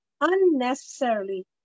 unnecessarily